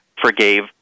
forgave